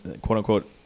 quote-unquote